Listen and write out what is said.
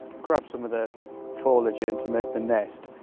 grab some of the foliage into make the nest,